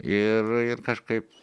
ir ir kažkaip